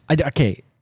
okay